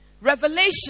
Revelation